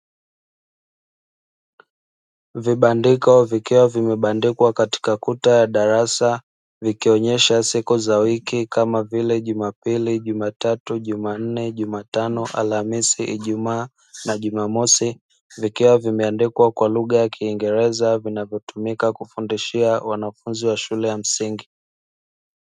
Vibandiko vikiwa vimebandikwa katika kuta ya darasa vikionyesha siku za wiki kama vile jumapili, jumatatu, jumanne, jumatano, alahamisis, ijumaa, na jumamosi vikiwa vimeandikwa kwa lugha ya kiingereza vinavyotumika kufundishia wanafunzi wa shule za msingi.